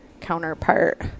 counterpart